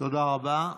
תודה רבה.